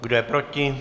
Kdo je proti?